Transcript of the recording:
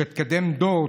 שתקדם דור,